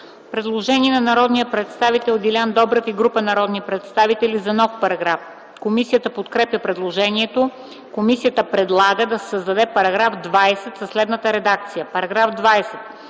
Предложение на народния представител Делян Добрев и група народни представители за нов параграф. Комисията подкрепя предложението. Комисията предлага да се създаде § 20 със следната редакция: